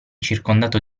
circondato